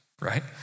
right